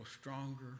stronger